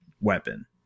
weapon